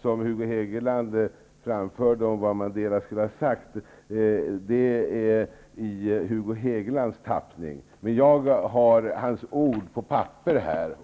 som Hugo Hegeland framförde om vad Mandela skulle ha sagt är Hugo Hegelands tappning. Jag har Mandelas ord på papper här.